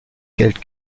geld